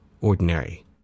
ordinary